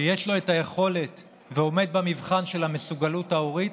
שיש לו את היכולת ועומד במבחן של המסוגלות ההורית